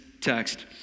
text